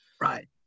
Right